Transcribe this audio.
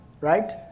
right